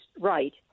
right